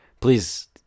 please